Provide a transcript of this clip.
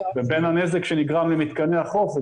ובין הנזק שנגרם למתקני החוף,